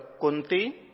Kunti